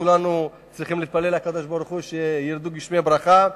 כולנו צריכים להתפלל לקדוש-ברוך-הוא שירדו גשמי ברכה.